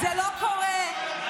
זה לא קרה, זה לא קורה.